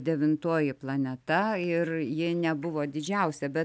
devintoji planeta ir ji nebuvo didžiausia bet